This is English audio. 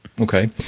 Okay